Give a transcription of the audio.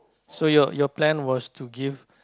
so your your plan was to give